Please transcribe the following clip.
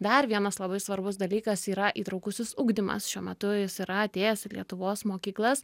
dar vienas labai svarbus dalykas yra įtraukusis ugdymas šiuo metu jis yra atėjęs į lietuvos mokyklas